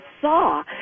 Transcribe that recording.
saw